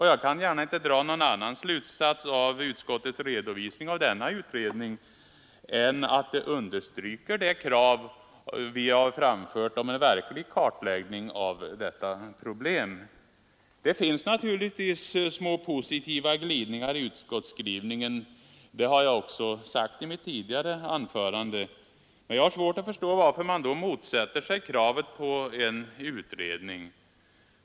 Jag kan inte dra någon annan slutsats av utskottets redovisning av denna utredning än att den understryker det krav vi framfört om en verklig kartläggning av detta problem. Det finns naturligtvis positiva glidningar i utskottsskrivningen, och det har jag också sagt i mitt tidigare anförande. Men jag har svårt att förstå varför man då motsätter sig kravet om en utredning.